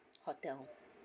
hotel